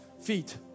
feet